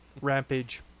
Rampage